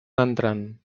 entrant